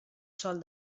sol